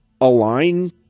Align